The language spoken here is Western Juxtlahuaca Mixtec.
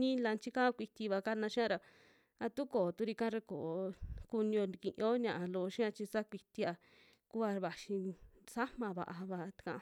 mii lanchika kuitiva kana xia ra, a tu kooturi'ka ra koo kunio tikiyo ña'a loo xia chi saa kuitia kuva vaxi sama vaa'va taka.